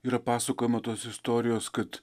yra pasakojama tos istorijos kad